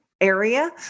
Area